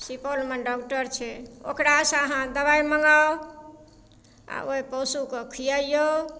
सुपौलमे डॉक्टर छै ओकरासँ अहाँ दबाइ मङ्गाउ आओर ओइ पशुके खियाइयौ